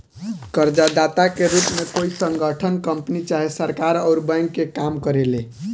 कर्जदाता के रूप में कोई संगठन, कंपनी चाहे सरकार अउर बैंक के काम करेले